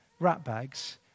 ratbags